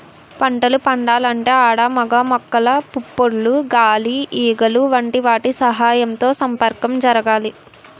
పంటలు పండాలంటే ఆడ మగ మొక్కల పుప్పొడులు గాలి ఈగలు వంటి వాటి సహాయంతో సంపర్కం జరగాలి